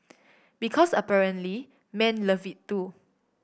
because apparently men love it too